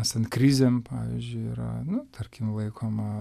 esant krizėm pavyzdžiui yra nu tarkim laikoma